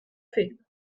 fait